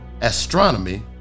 astronomy